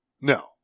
No